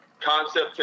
concept